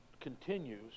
continues